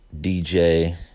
DJ